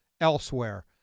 elsewhere